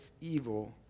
evil